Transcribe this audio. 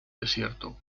desierto